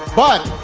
but,